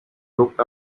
looked